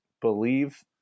believe